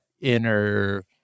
inner